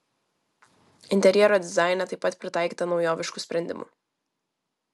interjero dizaine taip pat pritaikyta naujoviškų sprendimų